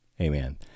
amen